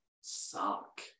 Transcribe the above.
suck